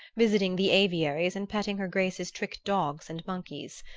visiting the aviaries and petting her grace's trick-dogs and monkeys.